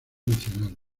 nacional